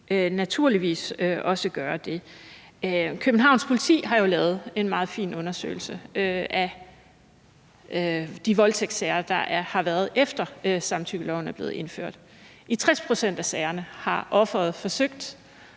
naturligvis også gøre det. Københavns Politi har jo lavet en meget fin undersøgelse af de voldtægtssager, der har været, efter at samtykkeloven er blevet indført, og i 60 pct. af sagerne har offeret forsøgt